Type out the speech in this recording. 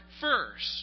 first